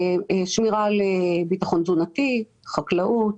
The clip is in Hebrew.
שמירה על ביטחון תזונתי, חקלאות,